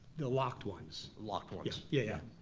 the locked ones? locked ones. yeah. yeah,